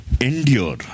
endure